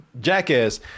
jackass